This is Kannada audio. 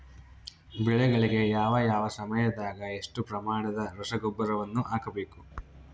ಬೆಳೆಗಳಿಗೆ ಯಾವ ಯಾವ ಸಮಯದಾಗ ಎಷ್ಟು ಪ್ರಮಾಣದ ರಸಗೊಬ್ಬರವನ್ನು ಹಾಕಬೇಕು?